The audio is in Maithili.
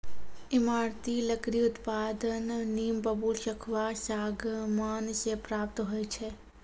ईमारती लकड़ी उत्पादन नीम, बबूल, सखुआ, सागमान से प्राप्त होय छै